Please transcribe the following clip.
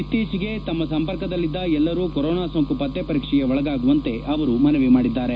ಇತ್ತೀಚಿಗೆ ನನ್ನ ಸಂಪರ್ಕದಲ್ಲಿದ್ದ ಎಲ್ಲರೂ ಕರೋನಾ ಸೋಂಕು ಪತ್ತೆ ಪರೀಕ್ಷೆಗೆ ಒಳಗಾಗುವಂತೆ ಅವರು ಮನವಿ ಮಾಡಿದ್ದಾರೆ